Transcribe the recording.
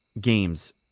games